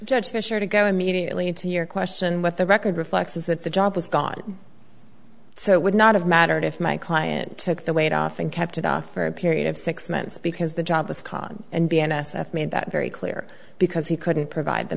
judge fisher to go immediately to your question what the record reflects is that the job has gone so it would not have mattered if my client took the weight off and kept it off for a period of six months because the job was caught and b n s f made that very clear because he couldn't provide the